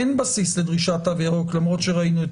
אין בסיס לדרישת תו ירוק למרות שראינו את